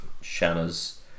Shanna's